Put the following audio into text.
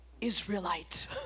Israelite